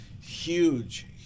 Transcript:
huge